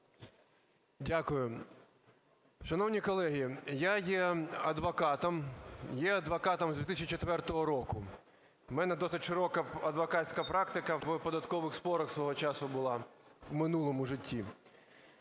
Дякую. Шановні колеги, я є адвокатом, є адвокатом з 2004 року. В мене досить широка адвокатська практика в податкових спорах свого часу була в минулому житті,